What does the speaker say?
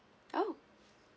oh